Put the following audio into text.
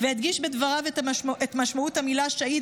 הדגיש בדבריו את משמעות המילה "שהיד",